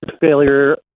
failure